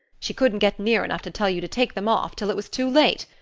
she couldn't get near enough to tell you to take them off till it was too late.